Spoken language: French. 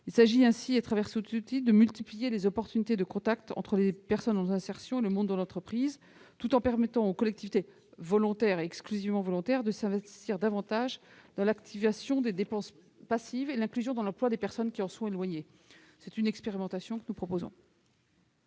Il s'agit ainsi, au travers de cet outil, de multiplier les occasions de contacts entre les personnes en insertion et le monde de l'entreprise tout en permettant aux collectivités volontaires- exclusivement volontaires -, de s'investir davantage dans l'activation des dépenses passives et l'inclusion dans l'emploi des personnes qui en sont éloignées. Quel est l'avis de la commission ? Nous avons